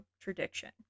contradiction